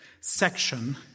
section